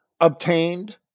obtained